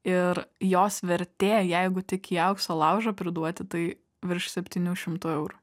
ir jos vertė jeigu tik į aukso laužą priduoti tai virš septynių šimtų eurų